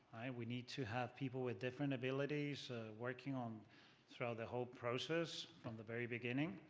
we need to have people with different abilities working um throughout the whole process from the very beginning.